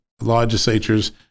legislatures